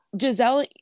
Giselle